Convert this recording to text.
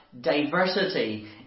diversity